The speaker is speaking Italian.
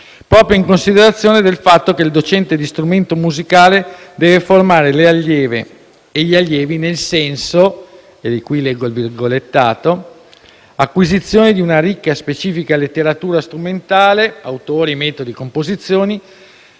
proprio in considerazione del fatto che il docente di strumento musicale deve formare le allieve e gli allievi nel senso (leggo un virgolettato) della: «acquisizione di un ricca specifica letteratura strumentale (autori, metodi e composizioni),